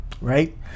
Right